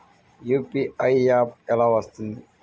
UPI app ఎలా వస్తుంది?